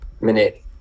minute